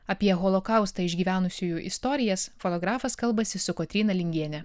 apie holokaustą išgyvenusiųjų istorijas fotografas kalbasi su kotryna lingiene